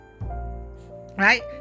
Right